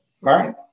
Right